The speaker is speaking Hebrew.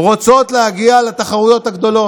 רוצות להגיע לתחרויות הגדולות,